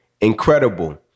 Incredible